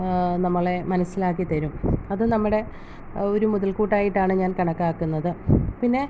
നമ്മളെ മനസ്സിലാക്കിത്തരും അതും നമ്മുടെ ഒരു മുതൽക്കൂട്ടായിട്ടാണ് ഞാൻ കണക്കാക്കുന്നത് പിന്നെ